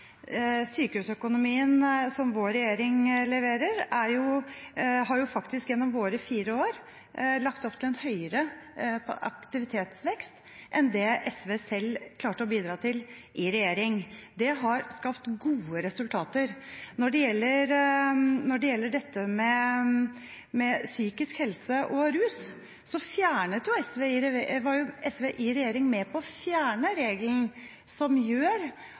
Sykehusøkonomien som vår regjering leverer, har faktisk gjennom våre fire år lagt opp til en høyere aktivitetsvekst enn det SV selv klarte å bidra til i regjering. Det har skapt gode resultater. Når det gjelder psykisk helse og rus, var SV i regjering med på å fjerne regelen som